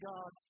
God